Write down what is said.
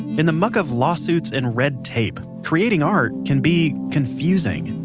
in the muck of lawsuits and red tape, creating art can be. confusing.